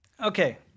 Okay